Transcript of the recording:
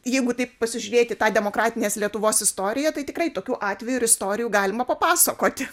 jeigu taip pasižiūrėti tą demokratinės lietuvos istoriją tai tikrai tokių atvejų ir istorijų galima papasakoti